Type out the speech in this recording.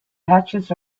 patches